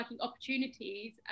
opportunities